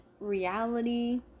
Reality